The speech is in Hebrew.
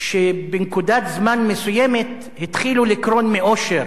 שבנקודת זמן מסוימת התחילו לקרון מאושר.